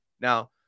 Now